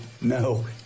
no